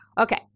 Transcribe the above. okay